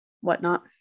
whatnot